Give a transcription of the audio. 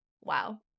wow